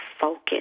focus